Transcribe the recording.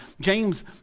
James